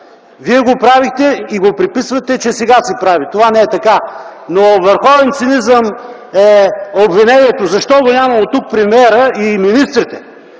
Вие го правехте и го приписвате, че сега се прави. Това не е така. Върховен цинизъм е обвинението защо ги нямало тук премиерът и министрите.